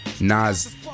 Nas